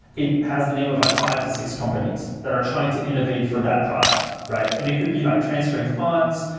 it has the name of like five to six companies that are trying to innovate for that product. and it could be like transferring funds,